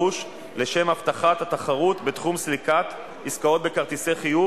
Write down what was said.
באמצעות הקדמת התשלום של תקבולים המגיעים